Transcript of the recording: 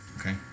Okay